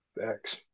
Thanks